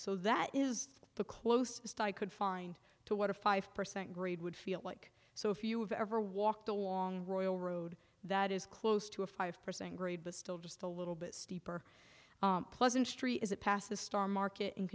so that is the closest i could find to what a five percent grade would feel like so if you have ever walked along royal road that is close to a five percent grade but still just a little bit steeper pleasantry is it past the star market and